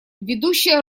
ведущая